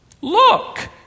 Look